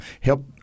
help